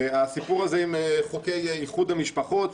הסיפור של חוקי איחוד משפחות,